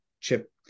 chip